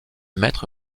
maître